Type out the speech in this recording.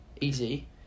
easy